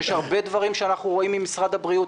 יש הרבה דברים שאנחנו רואים עם משרד הבריאות